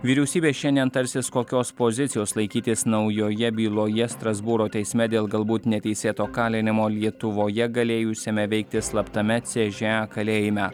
vyriausybė šiandien tarsis kokios pozicijos laikytis naujoje byloje strasbūro teisme dėl galbūt neteisėto kalinimo lietuvoje galėjusiame veikti slaptame ce žė a kalėjime